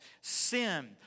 Sin